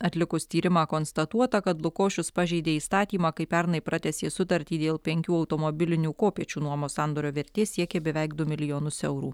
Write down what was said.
atlikus tyrimą konstatuota kad lukošius pažeidė įstatymą kai pernai pratęsė sutartį dėl penkių automobilinių kopėčių nuomos sandorio vertė siekė beveik du milijonus eurų